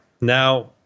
Now